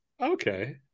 Okay